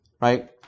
right